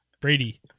brady